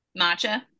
Matcha